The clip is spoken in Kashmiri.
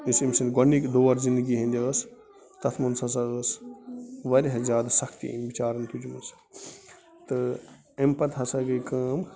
یُس أمۍ سٕنٛدۍ گۄڈنِکۍ دور زِِنٛدگی ہٕنٛدۍ ٲس تَتھ منٛز ہَسا ٲس واریاہ زیادٕ سختی أمۍ بِچارَن تُجمٕژ تہٕ اَمہِ پَتہٕ ہَسا گٔے کٲم